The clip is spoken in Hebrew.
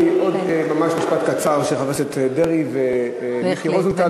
עוד ממש משפט קצר של חבר הכנסת דרעי וחבר הכנסת מיקי רוזנטל,